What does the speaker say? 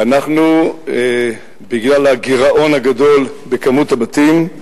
ואנחנו, בגלל הגירעון הגדול בכמות הבתים,